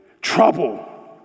trouble